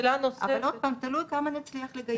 אבל עוד פעם, תלוי כמה נצליח לגייס.